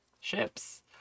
ships